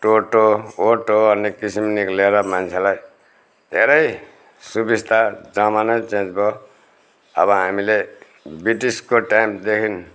टोटो auto अनेक किसिम निक्लेर मान्छेलाई धेरै सुविस्ता जमानै चेन्ज भयो अब हामीले ब्रिटिसको टाइमदेखि